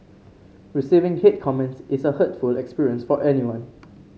receiving hate comments is a hurtful experience for anyone